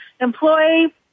Employee